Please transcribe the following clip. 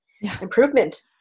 improvement